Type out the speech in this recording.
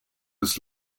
des